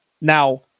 Now